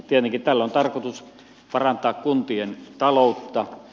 tietenkin tällä on tarkoitus parantaa kuntien taloutta